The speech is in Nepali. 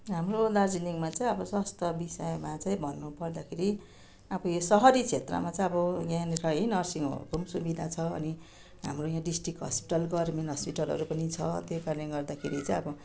हाम्रो दार्जिलिङमा चाहिँ अब स्वास्थ्य विषयमा चाहिँ भन्नुपर्दाखेरि अब यो सहरी क्षेत्रमा चाहिँ अब यहाँनिर है नर्सिङ होमको पनि सुविधा छ अनि हाम्रो यहाँ डिस्ट्रिक हस्पिटल गभर्मेन्ट हस्पिटलहरू पनि छ त्यो कारणले गर्दाखेरि चाहिँ अब